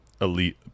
elite